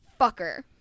fucker